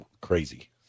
crazy